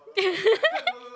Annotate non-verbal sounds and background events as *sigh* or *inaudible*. *laughs*